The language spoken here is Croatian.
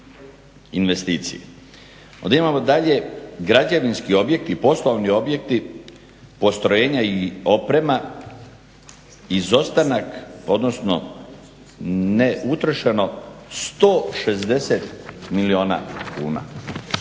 imamo dalje građevinski objekti, poslovni objekti, postrojenja i oprema izostanak, odnosno neutrošeno 160 milijuna kuna.